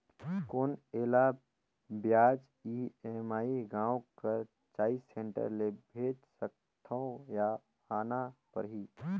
कौन एला ब्याज ई.एम.आई गांव कर चॉइस सेंटर ले भेज सकथव या आना परही?